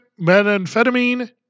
methamphetamine